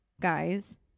guys